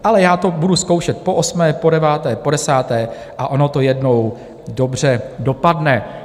Ale já to budu zkoušet poosmé, podeváté, podesáté a ono to jednou dobře dopadne.